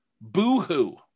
Boo-hoo